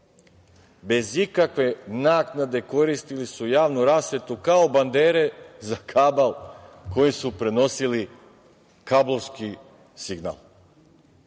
bez ikakve naknade koristili su javnu rasvetu kao bandere za kabl koji su prenosili kablovski signal.